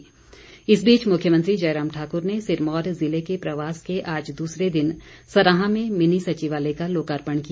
जयराम इस बीच मुख्यमंत्री जयराम ठाकुर ने सिरमौर जिले के प्रवास के आज दूसरे दिन सराहां में मिनी सचिवालय का लोकार्पण किया